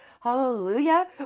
Hallelujah